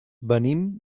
venim